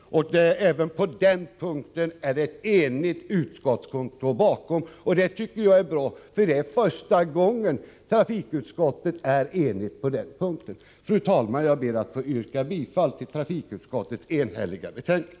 Även på denna punkt är utskottet enigt. Det tycker jag är bra. Det är första gången trafikutskottet är enigt på denna punkt. Fru talman! Jag ber att få yrka bifall till trafikutskottets enhälliga hemställan.